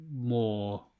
more